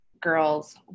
girls